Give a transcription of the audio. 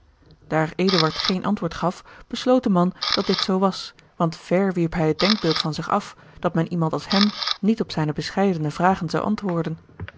eduard geen antwoord gaf besloot de man dat dit zoo was want ver wierp hij het denkbeeld van zich af dat men iemand als hem niet op zijne bescheidene vragen zou antwoorden